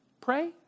pray